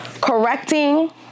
correcting